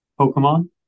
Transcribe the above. Pokemon